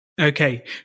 Okay